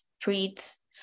treats